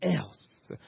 else